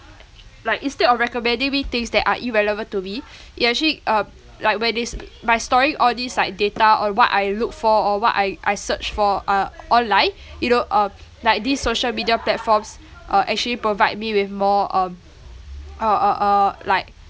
like instead of recommending me things that are irrelevant to me it actually uh like when it's by storing all these like data on what I look for or what I I search for uh online you know uh like these social media platforms uh actually provide me with more um uh uh uh like